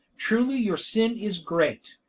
truly your sin is great,